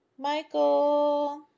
Michael